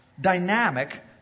dynamic